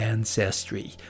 Ancestry